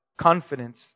confidence